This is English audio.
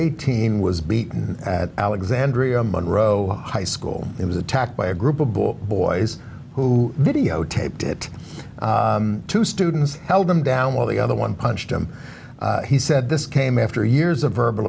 gay teen was beaten at alexandria monroe high school it was attacked by a group of book boys who videotaped it to students held them down while the other one punched him he said this came after years of verbal